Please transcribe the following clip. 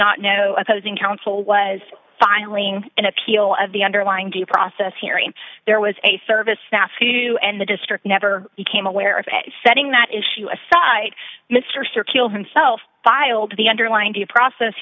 not know opposing counsel was filing an appeal of the underlying due process hearing there was a service snafu and the district never became aware of setting that issue aside mr sir kills himself filed the underlying due process